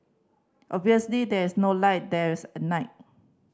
obviously there is no light there is at night